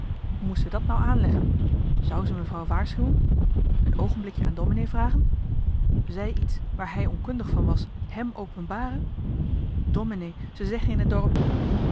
moest ze dat nou aanleggen zu ze mevrouw johan de meester de zonde in het deftige dorp waarschuwen een oogenblikjen aan domenee vragen zij hèm iets waar hij onkundig van was openbaren domenee ze zeggen in t dorp